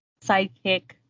sidekick